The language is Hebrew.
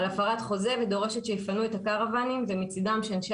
על הפרת חוזה ודורשת שיפנו את הקרוואנים ומצידם שאנשי